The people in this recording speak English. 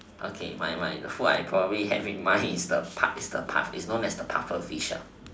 okay my my my food probably I have in mind is the puff~ is the puff~ probably known as the pufferfish lah